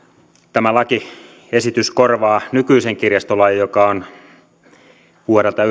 tämä lakiesitys korvaa nykyisen kirjastolain joka on vuodelta